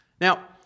Now